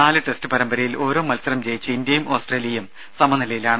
നാല് ടെസ്റ്റ് പരമ്പരയിൽ ഓരോ മത്സരം ജയിച്ച് ഇന്ത്യയും ഓസ്ട്രേലിയയും സമനിലയിലാണ്